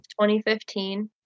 2015